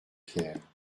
pierre